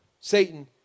Satan